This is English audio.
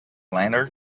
lantern